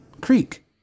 Creek